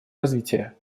развития